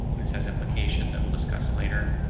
this has implications that we'll discuss later.